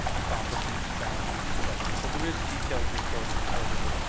accomplishments, challenges, et cetera, so there is detailed reporting quarterly.